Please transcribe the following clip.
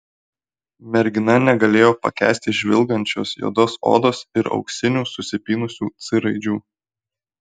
mergina negalėjo pakęsti žvilgančios juodos odos ir auksinių susipynusių c raidžių